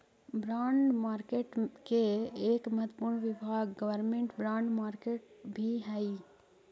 bond market के एक महत्वपूर्ण विभाग गवर्नमेंट बॉन्ड मार्केट भी हइ